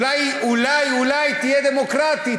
אולי אולי אולי תהיה דמוקרטית,